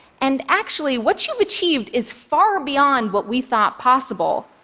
and actually what you've achieved is far beyond what we thought possible.